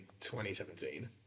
2017